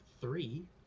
three